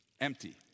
empty